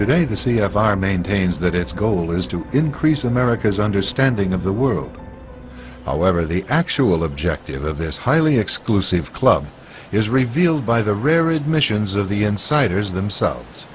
today the c f r maintains that its goal is to increase america's understanding of the world however the actual objective of this highly exclusive club is revealed by the rare admissions of the insiders themselves